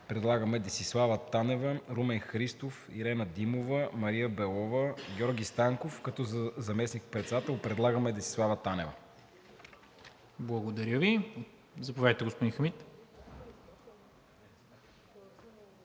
предлагам Десислава Танева, Румен Христов, Ирена Димова, Мария Белова, Георги Станков, като за заместник-председател предлагам Десислава Танева. ПРЕДСЕДАТЕЛ НИКОЛА МИНЧЕВ: Благодаря Ви. Заповядайте, господин Хамид.